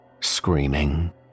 screaming